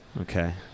Okay